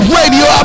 Radio